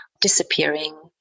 disappearing